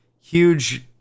huge